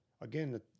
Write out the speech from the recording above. again